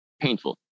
painful